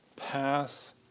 Pass